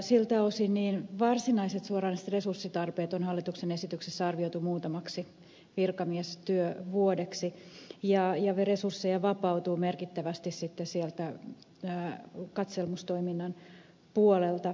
siltä osin varsinaiset suoranaiset resurssitarpeet on hallituksen esityksessä arvioitu muutamaksi virkamiestyövuodeksi ja resursseja vapautuu merkittävästi sitten sieltä katselmustoiminnan puolelta